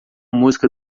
música